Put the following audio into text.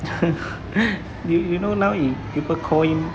you you know now people call him